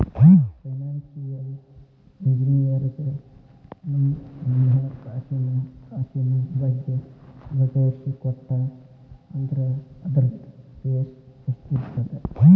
Financial ಇಂಜಿನಿಯರಗ ನಮ್ಹಣ್ಕಾಸಿನ್ ತ್ರಾಸಿನ್ ಬಗ್ಗೆ ಬಗಿಹರಿಸಿಕೊಟ್ಟಾ ಅಂದ್ರ ಅದ್ರ್ದ್ ಫೇಸ್ ಎಷ್ಟಿರ್ತದ?